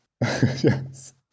Yes